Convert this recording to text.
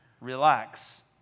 Relax